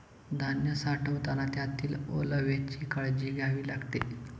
धान्य साठवताना त्यातील ओलाव्याची काळजी घ्यावी लागते